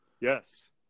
Yes